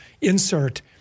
insert